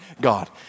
God